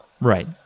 Right